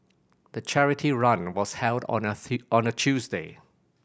the charity run was held on a on a Tuesday